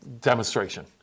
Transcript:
demonstration